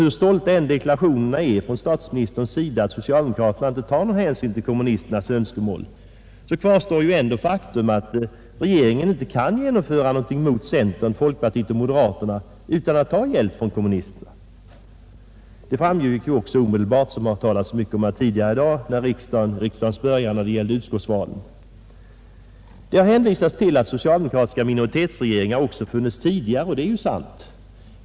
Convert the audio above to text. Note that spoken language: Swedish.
Hur stolta än deklarationerna är från statsministerns sida att socialdemokraterna inte tar någon hänsyn till kommunisternas önskemål, så kvarstår ändå faktum att regeringen inte kan genomföra någonting mot centern, folkpartiet och moderaterna utan att ta hjälp från kommunisterna. Det framgick ju också — som det talats mycket om här tidigare i dag — omedelbart vid riksdagens början när det gällde utskottsvalen. Det har hänvisats till att socialdemokratiska minoritetsregeringar också funnits tidigare, och det är ju sant.